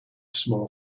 small